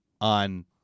on